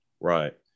Right